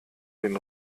den